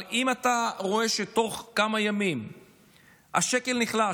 אבל אם אתה רואה שבתוך כמה ימים השקל נחלש